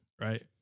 Right